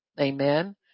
amen